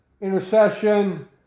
intercession